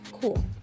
Cool